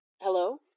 Hello